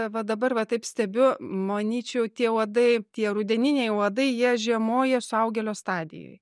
va dabar va taip stebiu manyčiau tie uodai tie rudeniniai uodai jie žiemoja suaugėlio stadijoj